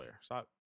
Stop